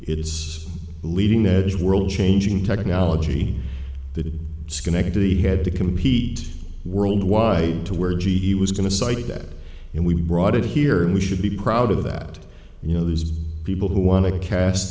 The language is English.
it's leading edge world changing technology the schenectady had to compete worldwide to where g e was going to cite that and we brought it here and we should be proud of that you know those people who want to cast